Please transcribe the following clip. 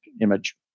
image